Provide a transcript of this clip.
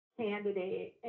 candidate